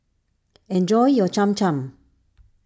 enjoy your Cham Cham